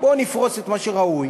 בואו נפרוס את מה שראוי,